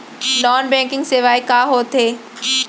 Non banking सेवाएं का होथे?